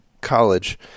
college